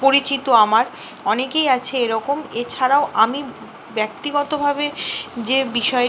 পরিচিত আমার অনেকেই আছে এরকম এছাড়াও আমি ব্যক্তিগতভাবে যে বিষয়